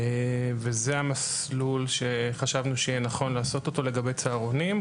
זה המסלול שחשבנו שיהיה נכון לעשות אותו לגבי צהרונים,